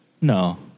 No